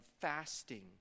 fasting